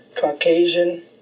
Caucasian